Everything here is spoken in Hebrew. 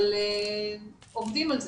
אבל עובדים על זה.